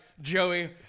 Joey